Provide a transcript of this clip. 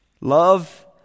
Love